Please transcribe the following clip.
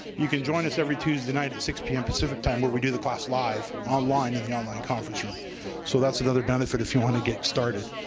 you can join us every tuesday every night at six p m. pacific time where we do the class live, online in the online conference room so that's another benefit if you want to get started.